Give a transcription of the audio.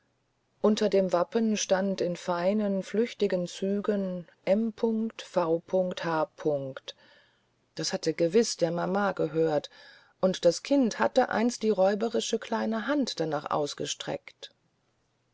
unter dem wappen stand in seinen flüchtigen zügen m v h das hatte gewiß der mama gehört und das kind hatte einst die räuberische kleine hand danach ausgestreckt